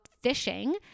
fishing